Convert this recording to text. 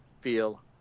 feel